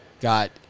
Got